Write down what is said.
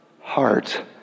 heart